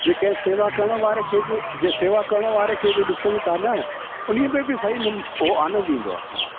जेके आहे सेवा करण वारे खे जे सेवा करण वारे खे बि ॾिसूं था न उन्हीअ में बि साईं उहो आनंदु ईंदो आहे हा